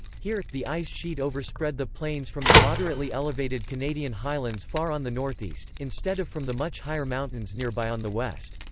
here, the ice sheet overspread the plains from the moderately elevated canadian highlands far on the north-east, instead of from the much higher mountains near by on the west.